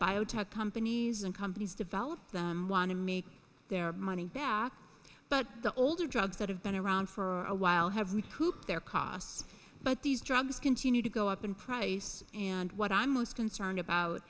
biotech companies and companies develop them want to make their money back but the older drugs that have been around for a while have the coop their costs but these drugs continue to go up in price and what i'm most concerned about